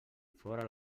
fora